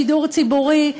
שידור ציבורי,